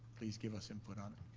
please give us input on.